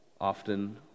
often